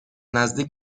نزدیک